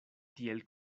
tiel